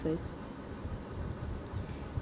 first